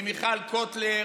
עם מיכל קוטלר,